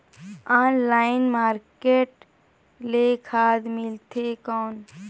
Online market ले खाद मिलथे कौन?